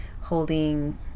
holding